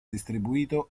distribuito